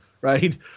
right